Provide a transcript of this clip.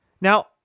Now